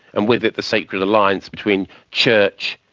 and with it the sacred alliance between church,